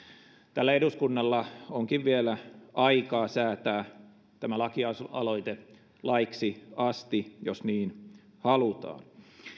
tällä eduskunnalla onkin vielä aikaa säätää tämä lakialoite laiksi asti jos niin halutaan